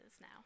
now